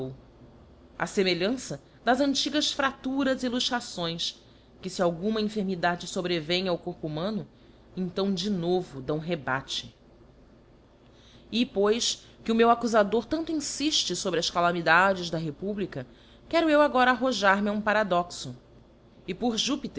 a femelhança das antigas fraduras e luxações que fe alguma enfermidade fobrevem ao corpo humano então de novo dão rebate e pois que o meu accufador tanto infifte fobre as calamidades da republica quero eu agora arrojar me a um paradoxo e por